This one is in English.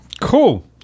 Cool